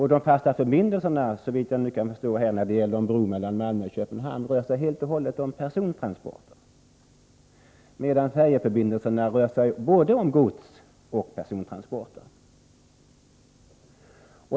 Mellan Malmö och Köpenhamn avser den fasta förbindelsen helt och hållet persontransporter, medan färjeförbindelserna avser både godsoch persontransporter.